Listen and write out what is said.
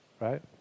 Right